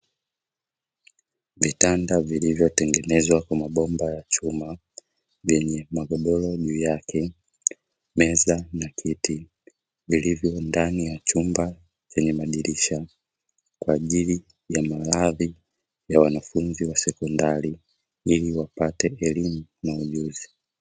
Vitanda viliyotengenezwa kwa mabomba ya chuma vyenye magodoro juu yake, meza na kiti vilivyo ndani ya chumba chenye madirisha kwa ajili ya malazi ya wanafunzi wa sekondari ili wapate elimu na ujuzi.